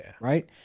Right